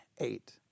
eight